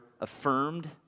affirmed